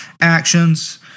actions